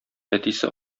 әтисе